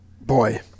Boy